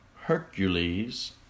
Hercules